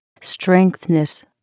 strengthness